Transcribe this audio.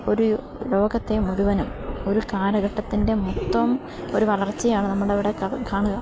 ഒരു ലോകത്തെ മുഴുവനും ഒരു കാലഘട്ടത്തിൻ്റെ മൊത്തം ഒരു വളർച്ചയാണ് നമ്മളവിടെ കാണുക